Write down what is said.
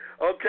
Okay